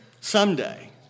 someday